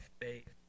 faith